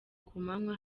kumanywa